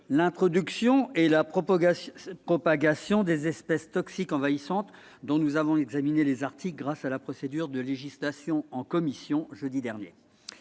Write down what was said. l'introduction et la propagation des espèces toxiques envahissantes, dont nous avons examiné jeudi dernier les articles grâce à la procédure de législation en commission. Comme